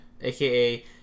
aka